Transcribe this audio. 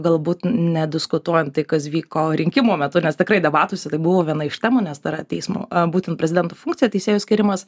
galbūt nediskutuojam tai kas vyko rinkimo metu nes tikrai debatuose tai buvo viena iš temų nes tai yra teismo būtent prezidento funkcija teisėjų skyrimas